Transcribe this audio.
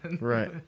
Right